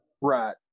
Right